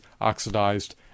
oxidized